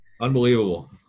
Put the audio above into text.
Unbelievable